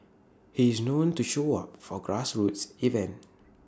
he is known to show up for grassroots event